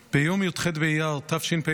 ביום י"ח באייר תשפ"א,